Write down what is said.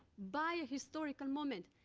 by a historical moment,